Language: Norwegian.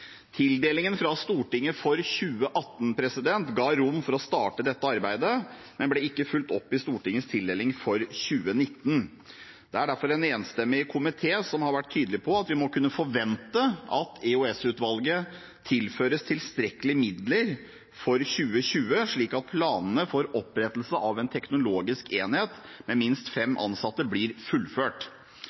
Tildelingen fra Stortinget for 2018 ga rom for å starte dette arbeidet, men ble ikke fulgt opp i Stortingets tildeling for 2019. Det er derfor en enstemmig komité som har vært tydelig på at vi må kunne forvente at EOS-utvalget tilføres tilstrekkelige midler for 2020, slik at planene for opprettelse av en teknologisk enhet med minst fem ansatte blir fullført.